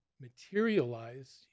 materialize